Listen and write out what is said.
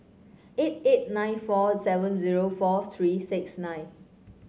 eight eight nine four seven zero four three six nine